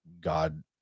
God